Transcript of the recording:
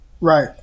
Right